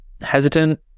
hesitant